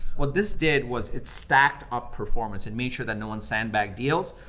what this did, was it stacked up performance. it made sure that no one sandbagged deals.